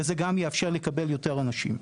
והוא גם יאפשר לקבל יותר אנשים.